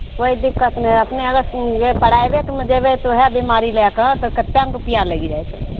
कोइ दिक्कत नहि होइ अपने अगर जेबै पराइवेटमे जैबै तऽ ओहए बिमाड़ी लै कऽ तऽ कतेक ने रूपैआ लागि जाइत